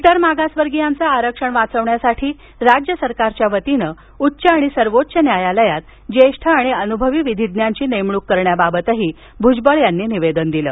इतर मागासवर्गीयांचं आरक्षण वाचवण्यासाठी राज्य सरकारच्या वतीनं उच्च आणि सर्वोच्च न्यायालयात ज्येष्ठ आणि अनुभवी विधिज्ञांची नेमणूक करण्याबाबतही भूजबळ यांनी निवेदन दिलं